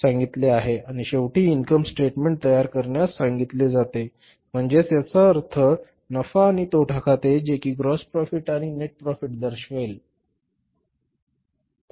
आणि शेवटी income statement तयार करण्यास सांगितले जाते म्हणजेच याचा अर्थ नफा आणि तोटा खाते जे की ग्रॉस प्रॉफिट आणि नेट प्रॉफिट दर्शवेल बरोबर